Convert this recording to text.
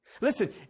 Listen